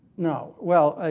no. well,